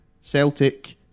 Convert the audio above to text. Celtic